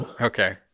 Okay